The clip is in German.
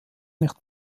nicht